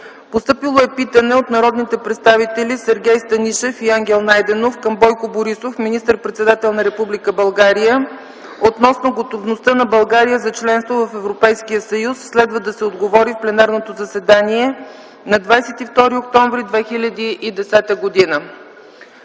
2010 г. Питане от народните представители Сергей Станишев и Ангел Найденов към Бойко Борисов - министър-председател на Република България, относно готовността на България за членство в Европейския съюз. Следва да се отговори в пленарното заседание на 22 октомври 2010 г.